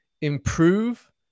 improve